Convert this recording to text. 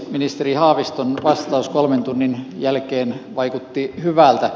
ministeri haaviston vastaus kolmen tunnin jälkeen vaikutti hyvältä